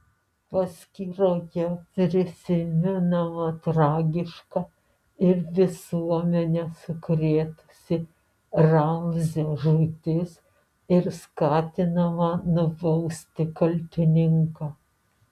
paskyroje prisimenama tragiška ir visuomenę sukrėtusi ramzio žūtis ir skatinama nubausti kaltininką